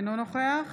אינו נוכח